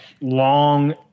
long